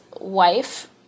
wife